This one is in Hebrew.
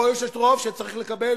יכול להיות שיש רוב שצריך לקבל